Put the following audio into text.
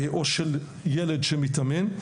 או של ילד שמתאמן.